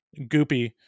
goopy